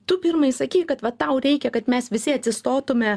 tu pirmai sakei kad va tau reikia kad mes visi atsistotume